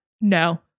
no